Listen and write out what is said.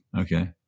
Okay